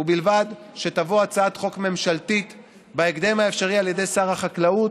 ובלבד שתבוא הצעת חוק ממשלתית בהקדם האפשרי על ידי שר החקלאות,